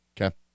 Okay